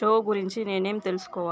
show గురించి నేను ఏం తెలుసుకోవా